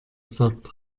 sagt